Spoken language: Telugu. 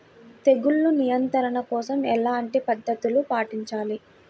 తెగులు నియంత్రణ కోసం ఎలాంటి పద్ధతులు పాటించాలి?